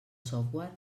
software